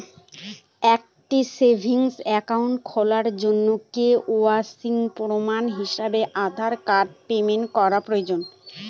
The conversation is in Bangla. একটি সেভিংস অ্যাকাউন্ট খোলার জন্য কে.ওয়াই.সি প্রমাণ হিসাবে আধার এবং প্যান কার্ড প্রয়োজন